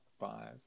Five